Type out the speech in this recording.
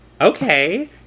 okay